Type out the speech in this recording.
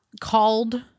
called